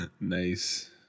nice